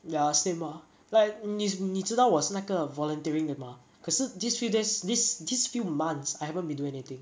ya same ah like 你你知道我是那个 volunteering 的 mah 可是 these few days this these few months I haven't been doing anything